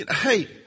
Hey